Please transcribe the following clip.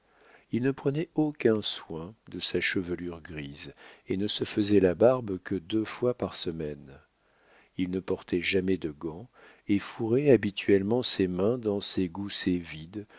il ne prenait aucun soin de sa chevelure grise et ne se faisait la barbe que deux fois par semaine il ne portait jamais de gants et fourrait habituellement ses mains dans ses goussets vides